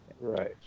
right